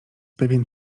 pewien